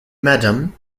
madam